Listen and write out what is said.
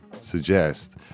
Suggest